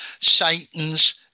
Satan's